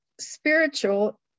spiritual